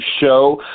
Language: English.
show